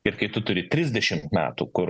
ir kai tu turi trisdešimt metų kur